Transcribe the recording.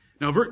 Now